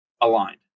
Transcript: aligned